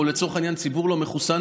או לצורך העניין ציבור לא מחוסן,